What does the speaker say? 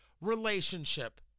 relationship